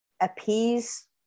appease